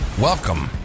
Welcome